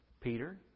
Peter